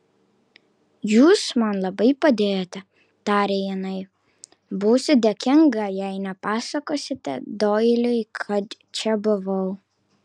jūs man labai padėjote tarė jinai būsiu dėkinga jei nepasakosite doiliui kad čia buvau